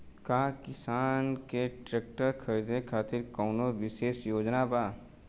का किसान के ट्रैक्टर खरीदें खातिर कउनों विशेष योजना बा?